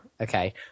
okay